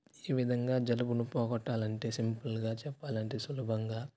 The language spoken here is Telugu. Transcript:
ఈ విధంగా జలుబును పోగొట్టాలంటే సింపుల్గా చెప్పాలంటే సులభంగా